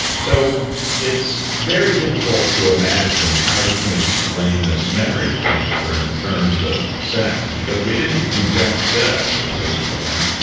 so it's very difficult to imagine how you can explain this memory transfer in terms of synapses, because we didn't inject synapses into them.